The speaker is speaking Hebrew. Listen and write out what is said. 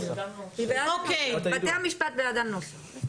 בתי המשפט בעד הנוסח.